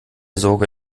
sorge